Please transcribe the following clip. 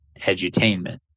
Edutainment